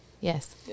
yes